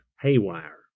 haywire